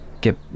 get